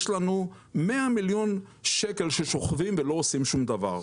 יש לנו 100,000,000 ₪ ששוכבים ולא עושים שום דבר.